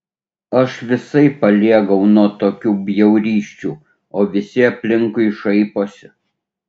aš visai paliegau nuo tokių bjaurysčių o visi aplinkui šaiposi